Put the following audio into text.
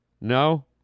No